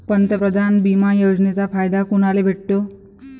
पंतप्रधान बिमा योजनेचा फायदा कुनाले भेटतो?